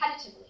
repetitively